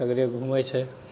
सगरे घुमै छै